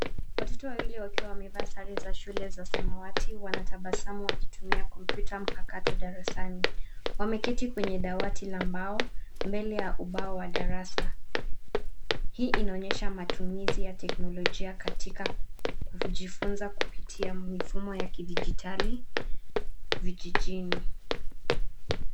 Watoto wawili wakiwa wamevaa sare za shule za samawati wanatabasamu wakitumia kompyuta mpakato darasani. Wameketi kwenye dawati la mbao, mbele ya ubao wa darasa. Hii inaonyesha matumizi ya teknolojia katika kujifunza kupitia mifumo ya kidijitali vijijini.